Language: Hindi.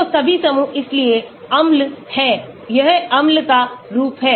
तो सभी समूह इसलिए अम्ल है यह अम्ल का रूप है यह Anion का रूप है